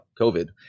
COVID